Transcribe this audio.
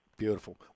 Beautiful